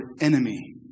enemy